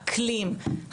אקלים,